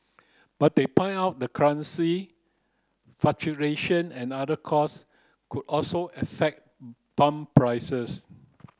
but they pointed out the currency fluctuation and other cost also affect pump prices